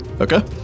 Okay